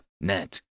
net